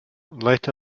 let